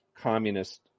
communist